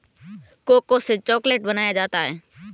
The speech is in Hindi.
कोको से चॉकलेट बनाया जाता है